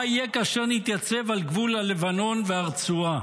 מה יהיה כאשר נתייצב על גבול הלבנון והרצועה?